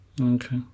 Okay